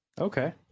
Okay